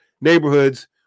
neighborhoods